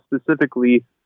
specifically